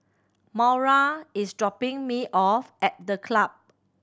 Maura is dropping me off at The Club